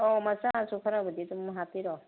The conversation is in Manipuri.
ꯑꯣ ꯃꯆꯥꯁꯨ ꯈꯔꯕꯨꯗꯤ ꯑꯗꯨꯝ ꯍꯥꯞꯄꯤꯔꯣ